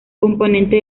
componente